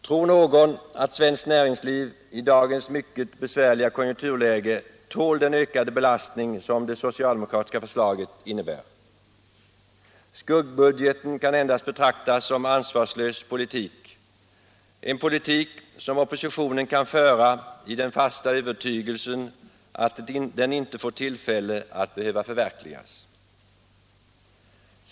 Tror någon att svenskt näringsliv i dagens mycket besvärliga konjunkturläge tål den ökade belastning som det socialdemokratiska förslaget innebär? Skuggbudgeten kan endast betraktas som ansvarslös politik, en politik som oppositionen kan föra i den fasta övertygelsen att den inte får tillfälle att behöva förverkliga den.